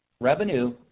Revenue